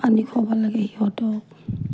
পানী খোৱাব লাগে সিহঁতক